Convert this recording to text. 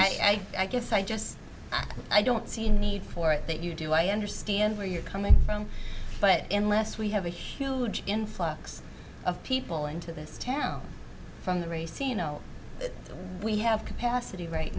and i guess i just i don't see a need for it that you do i understand where you're coming from but in last we have a huge influx of people into this town fundraising you know we have capacity right